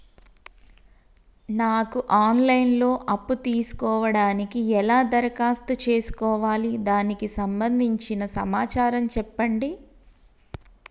నాకు online లో అప్పు తీసుకోవడానికి ఎలా దరఖాస్తు చేసుకోవాలి దానికి సంబంధించిన సమాచారం చెప్పండి?